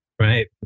Right